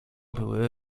były